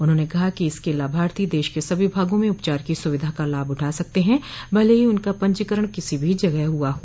उन्होंने कहा कि इसके लाभार्थी देश के सभी भागों में उपचार की सुविधा का लाभ उठा सकते हैं भले ही उनका पंजीकरण किसी भी जगह हुआ हो